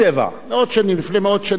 1977. מאות שנים, לפני מאות שנים.